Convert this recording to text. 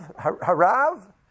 Harav